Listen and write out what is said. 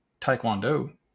Taekwondo